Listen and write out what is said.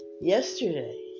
yesterday